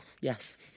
Yes